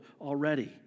already